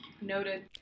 Noted